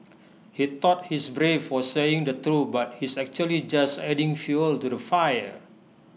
he thought he's brave for saying the truth but he's actually just adding fuel to the fire